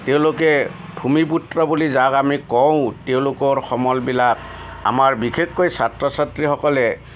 তেওঁলোকে ভূমিপুত্ৰ বুলি যাক আমি কওঁ তেওঁলোকৰ সমলবিলাক আমাৰ বিশেষকৈ ছাত্ৰ ছাত্ৰীসকলে